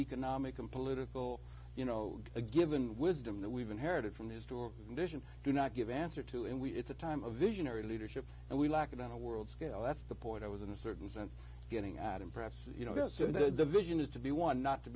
economic and political you know a given wisdom that we've inherited from his to a condition do not give answer to and we it's a time of visionary leadership and we lack it on a world scale that's the point i was in a certain sense getting at and perhaps you know the vision is to be won not to